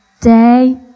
day